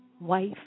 wife